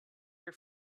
your